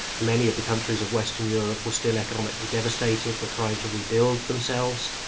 many of the countries of western europe were still economically devastated, were trying to rebuild themselves,